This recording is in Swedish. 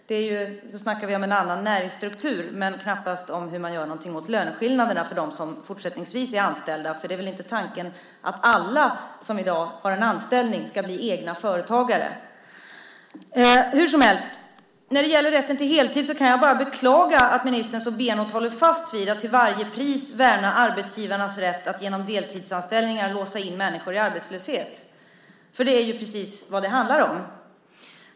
Då snackar vi om en annan näringsstruktur men knappast om hur man gör någonting åt löneskillnaderna för dem som fortsättningsvis är anställda. Tanken är väl inte att alla som i dag har en anställning ska bli egna företagare. När det gäller rätten till heltid kan jag bara beklaga att ministern så benhårt håller fast vid att till varje pris värna arbetsgivarnas rätt att genom deltidsanställningar låsa in människor i arbetslöshet, för det är precis vad det handlar om.